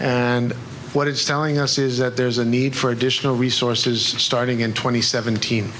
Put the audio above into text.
and what it's telling us is that there's a need for additional resources starting in twenty seven te